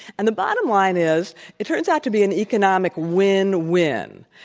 and the bottom line is it turns out to be an economic win-win.